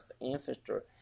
ancestor